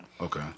Okay